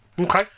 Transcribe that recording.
Okay